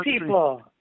people